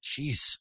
Jeez